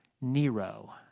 Nero